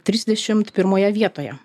trisdešimt pirmoje vietoje